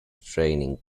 training